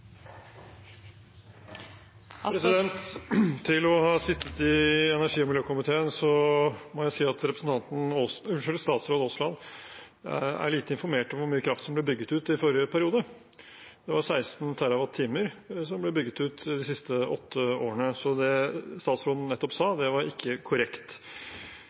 ingenting. Til å ha sittet i energi- og miljøkomiteen må jeg si at statsråd Aasland er lite informert om hvor mye kraft som ble bygget ut i forrige periode. 16 TWh ble bygget ut de siste åtte årene, så det statsråden nettopp sa, var ikke korrekt.